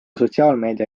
sotsiaalmeedia